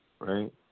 right